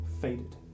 faded